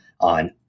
on